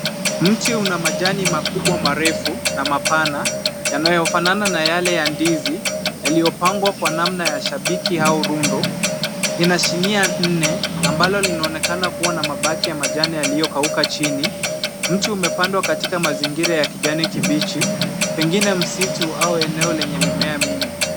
Mti una majani makubwa, marefu na mapana, yanayofanana na yale ya ndizi, yaliyopangwa kwa namna ya shabiki au rundo. Ina shinia nne ambalo linaonekana kuwa na mabaki ya majani yaliyokauka chini. Mti umepandwa katika mazingira ya kijani kibichi, pengine msitu au eneo lenye mimea mingi.